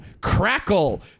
crackle